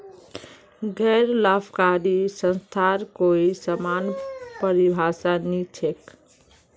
गैर लाभकारी संस्थार कोई समान परिभाषा नी छेक